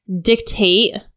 dictate